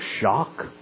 shock